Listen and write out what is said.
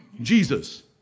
Jesus